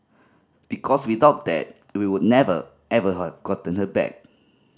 because without that we would never ever have gotten her back